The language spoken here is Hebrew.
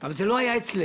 אבל זה לא היה אצלנו